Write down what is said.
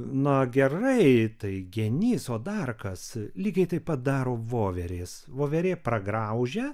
na gerai tai genys o dar kas lygiai taip padaro voverės voverė pragraužia